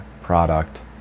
product